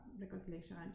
reconciliation